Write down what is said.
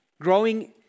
growing